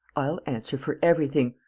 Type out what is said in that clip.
i'll answer for everything.